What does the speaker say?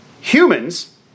Humans